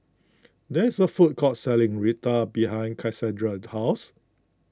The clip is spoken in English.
there is a food court selling Raita behind Casandra's house